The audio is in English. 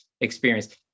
experience